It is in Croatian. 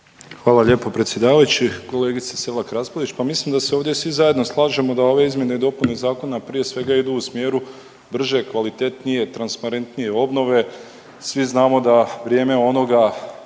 Hvala lijepo predsjedavajući. Kolegice Selak Raspudić, pa mislim da se ovdje svi zajedno slažemo da ove izmjene i dopune Zakona prije svega, idu u smjeru brže, kvalitetnije, transparentnije obnove. Svi znamo da vrijeme onoga